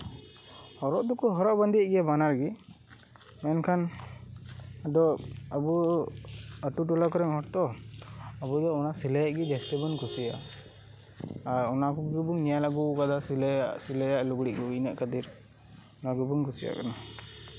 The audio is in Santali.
ᱦᱚᱨᱚᱜ ᱫᱚᱠᱚ ᱦᱚᱨᱚᱜ ᱵᱟᱸᱫᱮᱭᱟᱜ ᱜᱮᱭᱟ ᱵᱟᱱᱟᱨ ᱜᱮ ᱢᱮᱱᱠᱷᱟᱱ ᱫᱚ ᱟᱵᱚ ᱟᱛᱳ ᱴᱚᱞᱟ ᱠᱚᱨᱮᱱ ᱦᱚᱲ ᱛᱚ ᱟᱵᱚ ᱚᱱᱟ ᱥᱤᱞᱟᱭᱟᱜ ᱜᱮ ᱡᱟᱹᱥᱛᱤ ᱵᱚᱱ ᱠᱩᱥᱤᱭᱟᱜᱼᱟ ᱟᱨ ᱚᱱᱟ ᱠᱚᱜᱮ ᱵᱚᱱ ᱧᱮᱞ ᱟᱹᱜᱩ ᱠᱟᱫᱟ ᱥᱤᱞᱟᱭᱟᱜ ᱥᱤᱞᱟᱭᱟᱜ ᱞᱩᱜᱽᱲᱤᱡ ᱠᱚᱜᱮ ᱤᱱᱟᱹᱜ ᱠᱷᱟᱹᱛᱤᱨ ᱱᱚᱣᱟ ᱠᱚᱵᱚᱱ ᱠᱩᱥᱤᱭᱟᱜ ᱠᱟᱱᱟ